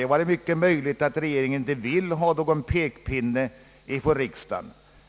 Det är mycket möjligt att regeringen inte vill ha någon pekpinne från riksdagen.